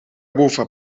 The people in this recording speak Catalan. bufa